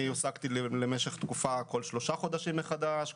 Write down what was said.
אני הועסקתי למשך תקופה כל שלושה חודשים מחדש,